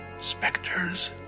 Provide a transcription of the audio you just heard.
specters